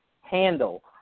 handle